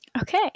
Okay